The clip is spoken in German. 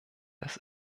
das